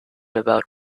about